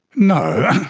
no,